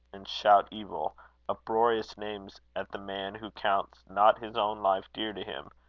and shout evil opprobrious names at the man who counts not his own life dear to him,